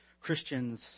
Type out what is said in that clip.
Christians